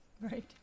Right